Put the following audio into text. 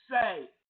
say